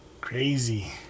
crazy